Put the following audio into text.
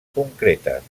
concretes